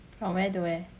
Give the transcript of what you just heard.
from where to where